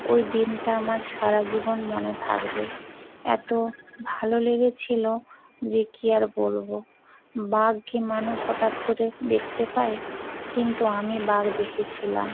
ওই দিনটা আমার সারা জীবন মনে থাকবে এত ভালো লেগেছিলো যে কি আর বলবো বাঘ কি মানুষ হঠাৎ করে দেখতে পায় কিন্তু আমি বাঘ দেখেছিলাম